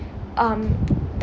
um